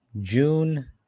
June